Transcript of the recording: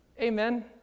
Amen